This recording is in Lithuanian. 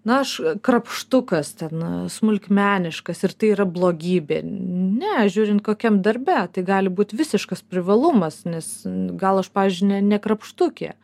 na aš krapštukas ten smulkmeniškas ir tai yra blogybė ne žiūrint kokiam darbe tai gali būt visiškas privalumas nes gal aš pavyzdžiui ne ne krapštukė